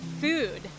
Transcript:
food